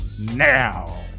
now